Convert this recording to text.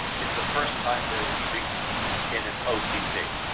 it's the first time they're in treatment in an otp,